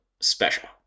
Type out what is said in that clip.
special